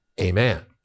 amen